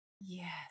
yes